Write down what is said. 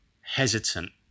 hesitant